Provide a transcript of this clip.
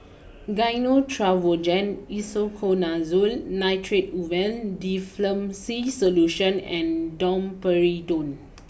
Gyno Travogen Isoconazole Nitrate Ovule Difflam C Solution and Domperidone